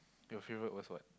your favorite was what